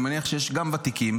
אני מניח שיש גם ותיקים,